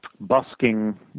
busking